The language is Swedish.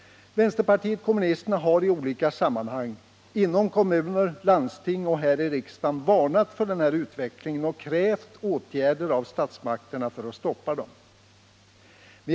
Vänsterpartiet kommunisterna har i olika sammanhang inom kommuner, landsting och här i riksdagen, varnat för den här utvecklingen och krävt åtgärder av statsmakterna för att stoppa den.